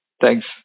Thanks